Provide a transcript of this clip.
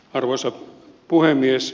arvoisa puhemies